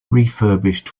refurbished